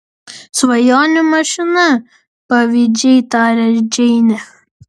svajonių mašina pavydžiai taria džeinė